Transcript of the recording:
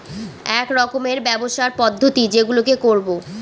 এক রকমের ব্যবসার পদ্ধতি যেইগুলো করবো